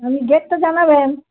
আর ওই ডেটটা জানাবেন